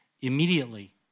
immediately